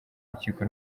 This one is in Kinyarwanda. rukiko